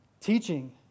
Teaching